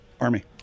Army